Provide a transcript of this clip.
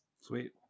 Sweet